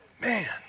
Man